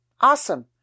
Awesome